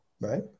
right